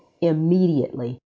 immediately